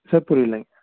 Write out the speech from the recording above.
sir புரியலங்க